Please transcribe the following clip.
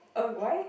uh why